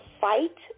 fight